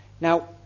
Now